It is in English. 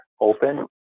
open